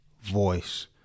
voice